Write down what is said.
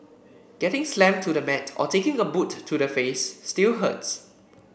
getting slammed to the mat or taking a boot to the face still hurts